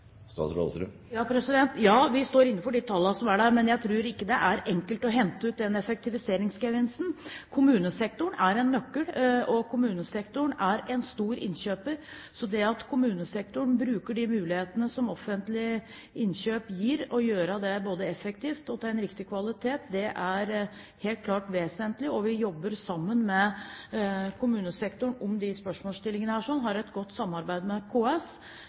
Ja, vi står inne for de tallene som er der, men jeg tror ikke det er enkelt å hente ut den effektiviseringsgevinsten. Kommunesektoren er en nøkkel, og kommunesektoren er en stor innkjøper, så det at kommunesektoren bruker de mulighetene som offentlig innkjøp gir – og gjør det både effektivt og til en riktig kvalitet – er helt klart vesentlig. Og vi jobber sammen med kommunesektoren om disse spørsmålsstillingene; vi har et godt samarbeid med KS.